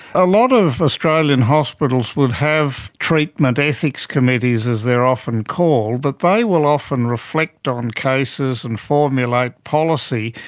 a lot of australian hospitals will have treatment ethics committees, as they're often called. but they will often reflect on cases and formulate policy,